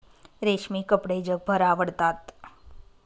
रेशमी कपडे जगभर आवडतात